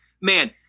man